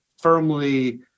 firmly